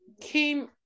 came